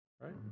right